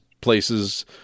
places